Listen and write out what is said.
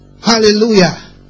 Hallelujah